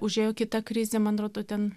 užėjo kita krizė man rodo ten